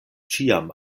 ĉiam